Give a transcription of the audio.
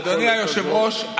אדוני היושב-ראש,